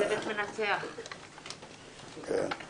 הישיבה ננעלה בשעה 11:45.